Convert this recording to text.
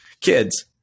kids